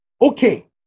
Okay